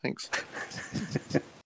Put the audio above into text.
Thanks